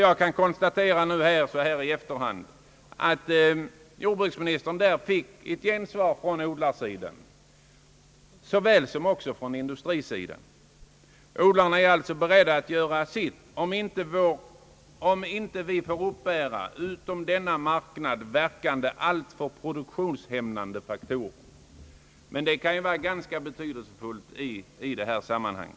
Jag kan i efterhand konstatera att jordbruksministern fått gensvar från odlarna liksom från industrin. Odlarna är alltså beredda att göra sitt, och det hela kommer säkert att ordna sig bara vi inte drabbas av utanför denna marknad verkande alltför produktionshämmande faktorer. Det kan vara betydelsefullt att konstatera detta i detta sammanhang.